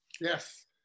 Yes